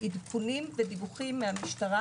עדכונים ודיווחים מהמשטרה